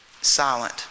silent